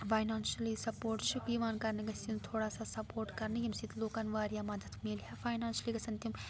financially support چھُ یِوان کَرنہٕ گژھِ یُن تھوڑا سا سَپوٹ کَرنہٕ ییٚمہِ سۭتۍ لوٗکَن واریاہ مَدَتھ مٮ۪لہِ ہا فاینانشلی گژھن تِم